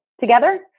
together